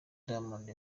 diamond